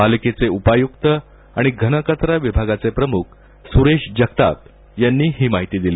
पालिकेचे उपायुक्त आणि घनकचरा विभागाचे प्रमुख सुरेश जगताप यांनी हि माहिती दिली